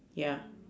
ya